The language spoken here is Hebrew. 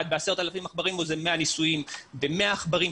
ב-10,000 עכברים או זה 100 ניסויים ב-100 עכברים.